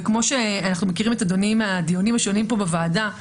וכמו שאנחנו מכירים את אדוני מהדיונים השונים פה בוועדה,